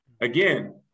Again